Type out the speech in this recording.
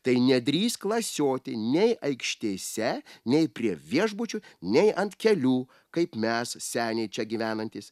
tai nedrįsk lasioti nei aikštėse nei prie viešbučių nei ant kelių kaip mes seniai čia gyvenantys